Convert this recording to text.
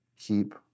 keep